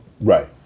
Right